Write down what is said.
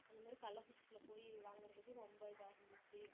அந்த மாரி கள்ளக்குறிச்சியில் போய் வாங்கறதுக்கு ரொம்ப இதாக இருந்துச்சு